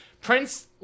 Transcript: Prince